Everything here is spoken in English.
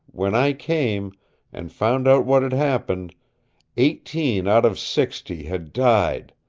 when i came and found out what had happened eighteen out of sixty had died,